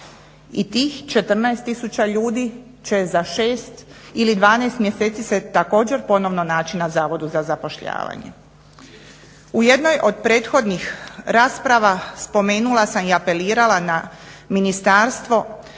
i tih 14 tisuća ljudi će za 6 ili 12 mjeseci se također ponovno naći na Zavodu za zapošljavanje. U jednoj od prethodnih rasprava spomenula sam i apelirala na ministarstvo